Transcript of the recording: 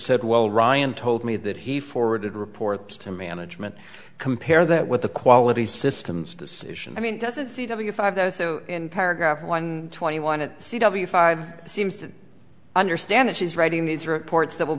said well ryan told me that he forwarded reports to management compare that with the quality systems decision i mean it doesn't see w five though so in paragraph one twenty one of c w five seems to understand that she's writing these reports that will